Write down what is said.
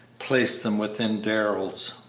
placed them within darrell's.